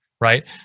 Right